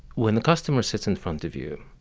when the customer sits in front of you,